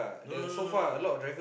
no no no no no